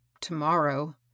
tomorrow